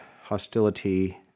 hostility